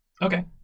Okay